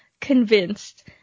convinced